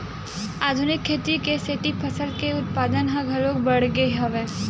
आधुनिक खेती के सेती फसल के उत्पादन ह घलोक बाड़गे हवय